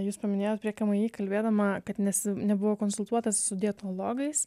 jūs paminėjot prie k m i kalbėdama kad nes nebuvo konsultuotasi su dietologais